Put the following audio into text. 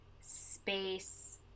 space